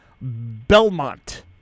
Belmont